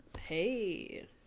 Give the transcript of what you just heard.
Hey